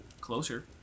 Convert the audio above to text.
closer